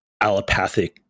allopathic